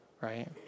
right